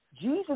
Jesus